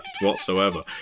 whatsoever